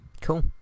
Cool